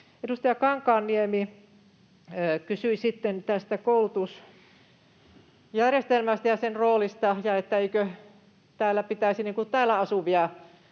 Edustaja Kankaanniemi kysyi tästä koulutusjärjestelmästä ja sen roolista, ja että eikö pitäisi täällä asuvia